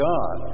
God